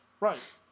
Right